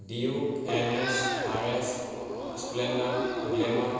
duke N S R S splendor glamour